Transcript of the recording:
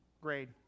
grade